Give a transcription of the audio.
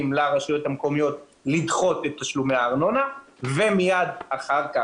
לרשויות המקומיות לדחות את תשלומי הארנונה ומיד אחר כך,